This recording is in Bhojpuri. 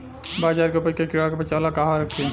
बाजरा के उपज के कीड़ा से बचाव ला कहवा रखीं?